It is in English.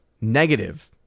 negative